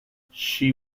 she